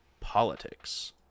politics